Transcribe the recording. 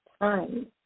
time